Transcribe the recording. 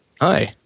Hi